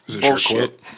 bullshit